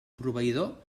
proveïdor